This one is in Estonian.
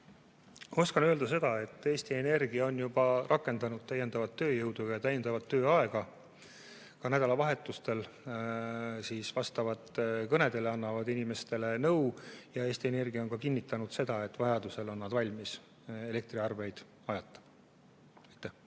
Oskan öelda seda, et Eesti Energia on juba rakendanud täiendavat tööjõudu ja täiendavat tööaega, ka nädalavahetustel nad vastavad kõnedele ja annavad inimestele nõu. Eesti Energia on kinnitanud ka seda, et vajaduse korral on nad valmis elektriarveid ajatama.